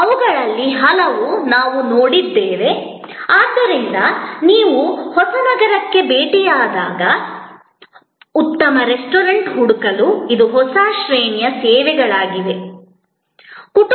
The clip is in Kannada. ಅವುಗಳಲ್ಲಿ ಹಲವು ನಾವು ನೋಡುತ್ತೇವೆ ಆದ್ದರಿಂದ ನೀವು ಹೊಸ ನಗರಕ್ಕೆ ಭೇಟಿ ನೀಡಿದಾಗ ಉತ್ತಮ ರೆಸ್ಟೋರೆಂಟ್ ಹುಡುಕಲು ಇದು ಹೊಸ ಶ್ರೇಣಿಯ ಸೇವೆಗಳಾಗಲಿ